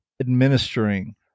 administering